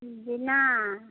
जी नहि